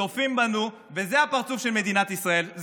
הם צופים בנו וזה הפרצוף של מדינת ישראל.